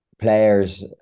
players